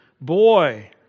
boy